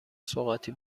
سوغاتی